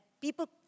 people